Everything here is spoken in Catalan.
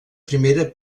primera